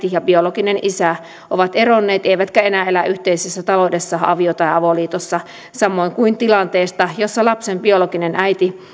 äiti ja biologinen isä ovat eronneet eivätkä enää elä yhteisessä taloudessa avio tai avoliitossa samoin kuin tilanne jossa lapsen biologinen äiti